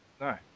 No